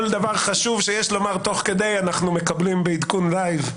כל דבר חשוב שיש לומר תוך כדי אנחנו מקבלים בעדכון חי.